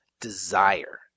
desire